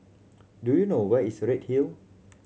do you know where is Redhill